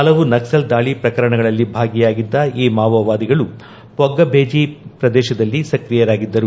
ಹಲವು ನಕ್ಸಲ್ ದಾಳಿ ಪ್ರಕರಣಗಳಲ್ಲಿ ಭಾಗಿಯಾಗಿದ್ದ ಈ ಮಾವೋವಾದಿಗಳು ಪೊಗ್ಗಭೇಜಿ ಪ್ರದೇಶದಲ್ಲಿ ಸಕ್ರಿಯರಾಗಿದ್ದರು